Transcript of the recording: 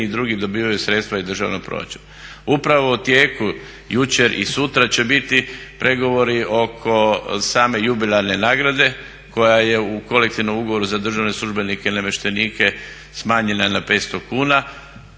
i drugi dobivaju sredstva iz državnog proračuna. Upravo u tijeku jučer i sutra će biti pregovori oko same jubilarne nagrade koja je u kolektivnom ugovoru za državne službenike i namještenike smanjena na 500 kuna,